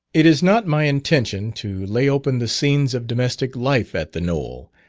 it is not my intention to lay open the scenes of domestic life at the knoll,